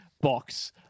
box